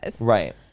Right